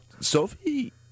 Sophie